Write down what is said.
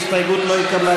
ההסתייגות לא התקבלה.